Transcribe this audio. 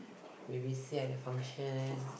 maybe see how they function